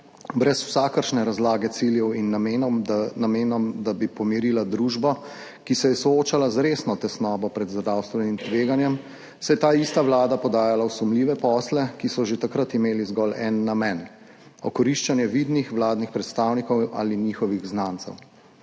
brez vsakršne razlage ciljev in namena, da bi pomirila družbo, ki se je soočala z resno tesnobo pred zdravstvenim tveganjem, se je ta ista vlada podajala v sumljive posle, ki so že takrat imeli zgolj en namen – okoriščanje vidnih vladnih predstavnikov ali njihovih znancev,